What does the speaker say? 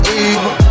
evil